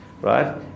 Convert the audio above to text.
right